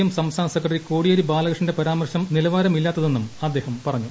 എംക് സംസ്ഥാന സെക്രട്ടറി കോടിയേരി ബാലകൃഷ്ണന്റെ പരാമർശം നില്ല്വാരമില്ലാത്തതെന്നും അദ്ദേഹം പറഞ്ഞു